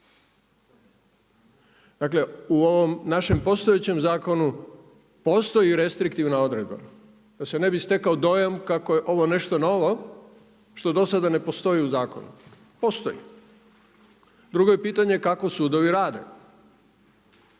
Dakle u ovom našem postojećem zakonu postoji restriktivna odredba, da se ne bi stekao dojam kako je ovo nešto novo što do sada ne postoji u zakonu. Postoji. Drugo je pitanje kako sudovi rade,